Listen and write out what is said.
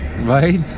right